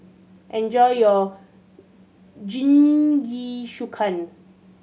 enjoy your Jingisukan